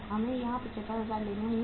हमें यहां 75000 लेने होंगे